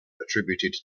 attributed